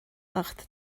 ucht